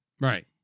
Right